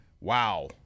Wow